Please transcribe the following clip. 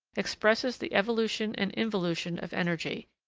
expresses the evolution and involution of energy,